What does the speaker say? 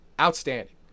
Outstanding